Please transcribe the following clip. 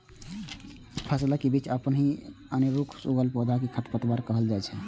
फसलक बीच अपनहि अनेरुआ उगल पौधा कें खरपतवार कहल जाइ छै